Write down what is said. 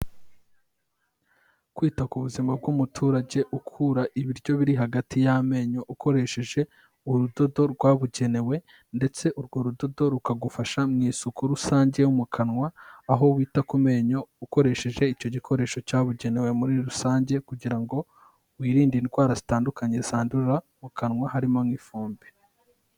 Kwita ku buzima bw'umuturage ukura ibiryo biri hagati y'amenyo ukoresheje urudodo rwabugenewe ndetse urwo rudodo rukagufasha mu isuku rusange yo mu kanwa aho wita ku menyo ukoresheje icyo gikoresho cyabugenewe muri rusange kugira ngo wirinde indwara zitandukanye zandura mu kanwa harimo nk'ifumbi.